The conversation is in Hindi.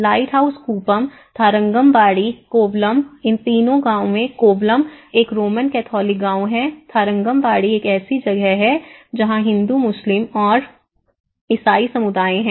लाइटहाउस कूपम थारंगंबडी कोवलम इन तीनों गांव में कोवलम एक रोमन कैथोलिक गांव है थारंगंबडी एक ऐसी जगह है जहां हिंदू मुस्लिम और ईसाई समुदाय है